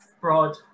broad